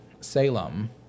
Salem